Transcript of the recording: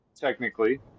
technically